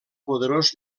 poderós